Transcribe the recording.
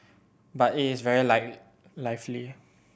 but it is very lively